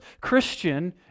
Christian